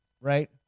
right